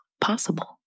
Possible